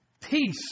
peace